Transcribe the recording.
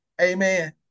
Amen